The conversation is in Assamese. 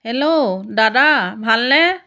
হেল্ল' দাদা ভালনে